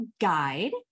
guide